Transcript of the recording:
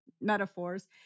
metaphors